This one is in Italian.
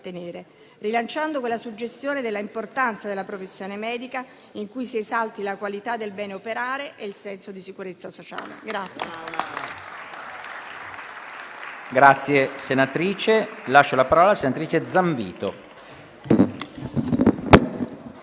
rilanciando quella suggestione dell'importanza della professione medica in cui si esalti la qualità del bene operare e il senso di sicurezza sociale.